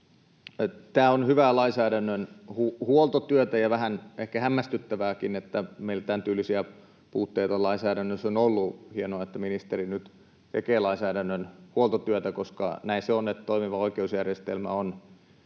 Tämä on hyvää lainsäädännön huoltotyötä. On vähän ehkä hämmästyttävääkin, että meillä tämäntyylisiä puutteita lainsäädännössä on ollut. Hienoa, että ministeri nyt tekee lainsäädännön huoltotyötä, koska näin se on, että toimiva oikeusjärjestelmä on